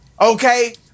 okay